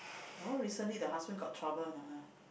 that one recently the husband got trouble a not ah